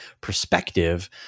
perspective